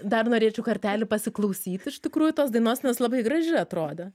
dar norėčiau kartelį pasiklausyt iš tikrųjų tos dainos nes labai graži atrodė